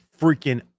freaking